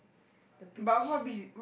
the beach